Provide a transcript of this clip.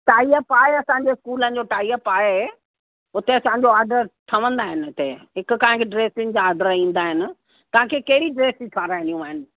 tie up आहे असांजे स्कूलनि जो टाइ अप आहे उते असांजो आडर ठहंदा आहिनि उते हिक खां हिकु ड्रैस जा आडर ईंदा आहिनि तव्हां खे कहिड़ियूं ड्रैसूं ठाहिराइणियूं आहिनि